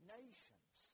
nations